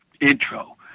Intro